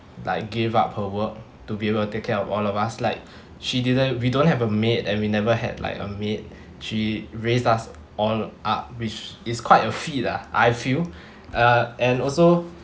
like gave up her work to be able to take care of all of us like she didn't we don't have a maid and we never had like a maid she raised us all up which is quite a feat lah I feel uh and also